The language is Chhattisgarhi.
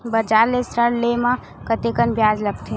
बजार ले ऋण ले म कतेकन ब्याज लगथे?